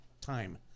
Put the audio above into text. time